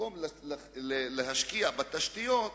במקום להשקיע בתשתיות,